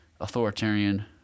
authoritarian